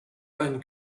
einen